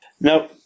Now